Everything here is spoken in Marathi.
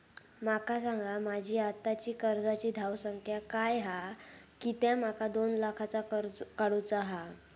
माका सांगा माझी आत्ताची कर्जाची धावसंख्या काय हा कित्या माका दोन लाखाचा कर्ज काढू चा हा?